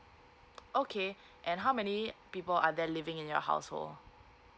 okay and how many people are there living in your household